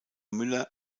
müller